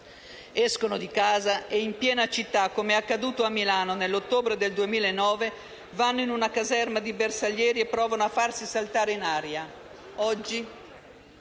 escono di casa e, in piena città - come è accaduto a Milano nell'ottobre del 2009 - vanno in una caserma di bersaglieri e provano a farsi saltare in aria. Oggi,